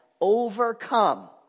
overcome